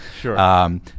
Sure